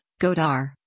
Godar